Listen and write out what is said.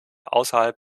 außerhalb